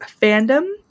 Fandom